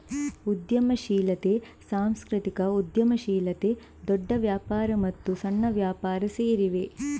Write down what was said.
ಉದ್ಯಮಶೀಲತೆ, ಸಾಂಸ್ಕೃತಿಕ ಉದ್ಯಮಶೀಲತೆ, ದೊಡ್ಡ ವ್ಯಾಪಾರ ಮತ್ತು ಸಣ್ಣ ವ್ಯಾಪಾರ ಸೇರಿವೆ